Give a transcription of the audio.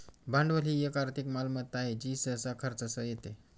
भांडवल ही एक आर्थिक मालमत्ता आहे जी सहसा खर्चासह येते